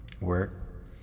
work